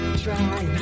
try